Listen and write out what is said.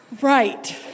right